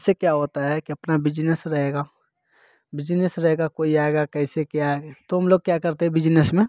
इससे क्या होता है कि अपना बिजनेस रहेगा बिजनेस रहेगा कोई आएगा कैसे क्या है तो लोग हम लोग क्या करते हैं बिजनेस में